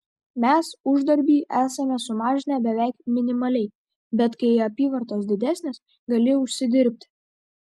mes uždarbį esame sumažinę beveik minimaliai bet kai apyvartos didesnės gali užsidirbti